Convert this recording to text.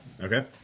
Okay